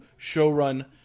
showrun